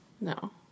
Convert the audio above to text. No